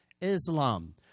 Islam